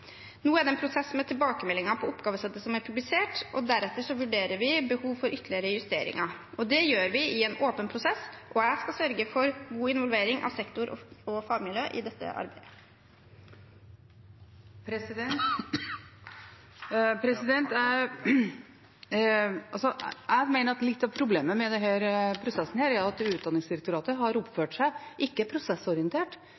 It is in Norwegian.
Nå er det en prosess med tilbakemeldinger på oppgavesettet som er publisert, og deretter vurderer vi behov for ytterligere justeringer. Det gjør vi i en åpen prosess, og jeg skal sørge for god involvering av sektor og fagmiljø i dette arbeidet. Jeg mener at litt av problemet med denne prosessen er at Utdanningsdirektoratet ikke har